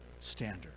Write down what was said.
standard